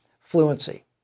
fluency